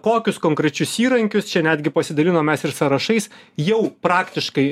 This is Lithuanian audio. kokius konkrečius įrankius čia netgi pasidalinom mes ir sąrašais jau praktiškai